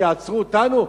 שיעצרו אותנו?